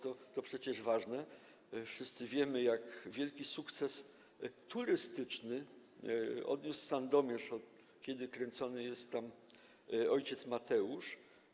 To przecież ważne - wszyscy wiemy, jak wielki sukces turystyczny odniósł Sandomierz, od kiedy kręcony jest tam „Ojciec Mateusz”